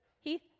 Heath